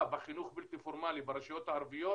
בחינוך הבלתי פורמלי ברשויות הערביות.